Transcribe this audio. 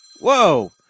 whoa